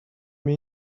what